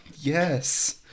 Yes